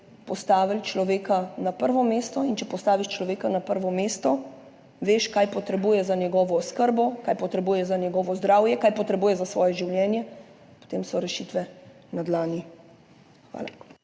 postavili človeka na prvo mesto. In če postaviš človeka na prvo mesto, veš, kaj potrebuješ za njegovo oskrbo, kaj potrebuješ za njegovo zdravje, kaj potrebuje za svoje življenje, potem so rešitve na dlani. Hvala.